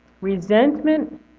resentment